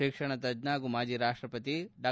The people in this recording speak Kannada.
ಶಿಕ್ಷಣ ತಜ್ಞ ಹಾಗೂ ಮಾಜಿ ರಾಷ್ಟಪತಿ ಡಾ